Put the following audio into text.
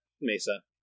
Mesa